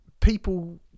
people